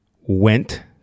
went